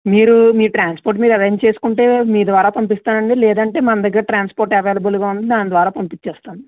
మీరు మీ ట్రాన్స్పోర్ట్ మీరు అరేంజ్ చేసుకుంటే మీ ద్వారా పంపిస్తానండి లేదంటే మన దగ్గర ట్రాన్స్పోర్ట్ అవైలబుల్ గా ఉంది దాని ద్వారా పంపిచేస్తాను